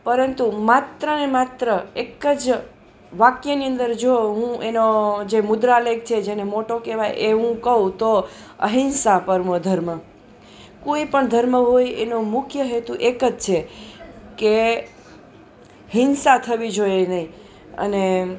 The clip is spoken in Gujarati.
પરંતુ માત્રને માત્ર એક જ વાક્યની અંદર જો હું એનો જે મુદ્રાલેખ છે જેને મોટો કહેવાય એવું કહુ તો અહિંસા પરમો ધર્મ કોઈ પણ ધર્મ હોય એનો મુખ્ય હેતુ એક જ છે કે હિંસા થવી જોઈએ નહીં અને